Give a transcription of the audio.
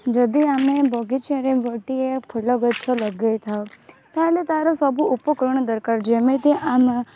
ଯଦି ଆମେ ବଗିଚାରେ ଗୋଟିଏ ଫୁଲଗଛ ଲଗେଇଥାଉ ତା'ହେଲେ ତାର ସବୁ ଉପକରଣ ଦରକାର ଯେମିତି ଆମେ